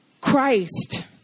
Christ